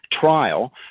trial